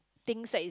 things that is